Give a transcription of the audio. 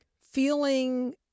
feeling